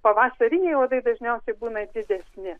pavasariniai uodai dažniausiai būna didesni